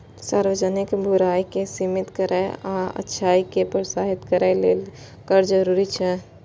सार्वजनिक बुराइ कें सीमित करै आ अच्छाइ कें प्रोत्साहित करै लेल कर जरूरी छै